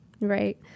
Right